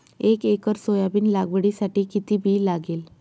एक acre soybean लागवडीसाठी किती बी लागेल?